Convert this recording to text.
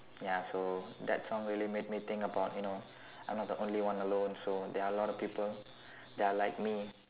ya so that song really made me think about you know I'm not the only one alone so there are a lot of people that are like me